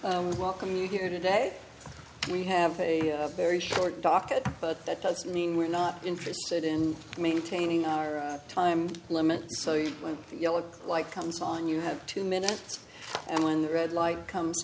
we welcome you here today we have a very short docket but that doesn't mean we're not interested in maintaining our time limit so you when you look like comes on you have two minutes and when the red light comes